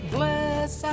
Bless